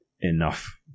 enough